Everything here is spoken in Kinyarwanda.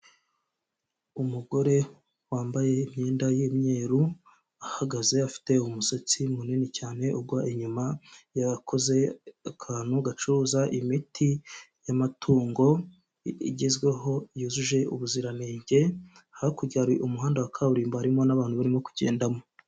Umugore wambaye imyenda y'imyeru, ahagaze afite umusatsi munini cyane ugwa inyuma, yakoze akantu gacuruza imiti y'amatungo igezweho yujuje ubuziranenge, hakurya hari umuhanda wa kaburimbo, harimo n'abantu barimo kugendamo.